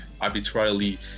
arbitrarily